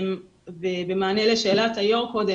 במענה לשאלת היו"ר קודם,